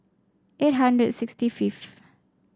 eight hundred and sixty fifth